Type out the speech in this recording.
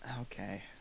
Okay